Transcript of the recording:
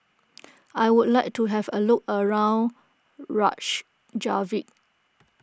I would like to have a look around Reykjavik